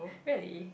really